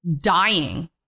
dying